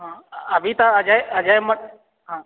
हाँ अभी तऽ अजय अजयमे हँ